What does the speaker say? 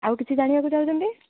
ଆଉ କିଛି ଜାଣିବାକୁ ଚାହୁଁଛନ୍ତି